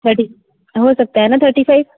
thirty हो सकता है ना थर्टी फाइप